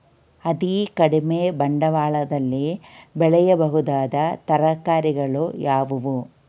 ಅತೀ ಕಡಿಮೆ ಬಂಡವಾಳದಲ್ಲಿ ಬೆಳೆಯಬಹುದಾದ ತರಕಾರಿಗಳು ಯಾವುವು?